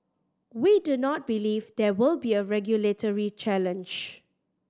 we do not believe there will be a regulatory challenge